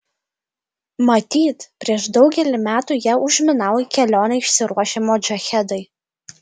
matyt prieš daugelį metų ją užminavo į kelionę išsiruošę modžahedai